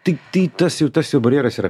tai tai tas jau tas jau barjeras yra